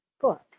book